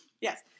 yes